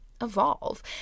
evolve